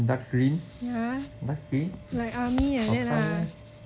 dark green dark green meh